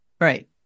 Right